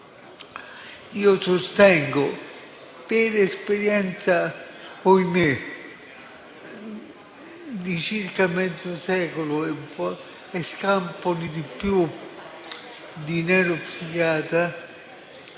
Io sostengo, per esperienza di circa mezzo secolo e scampoli di più da neuropsichiatra,